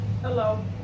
hello